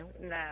No